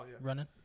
running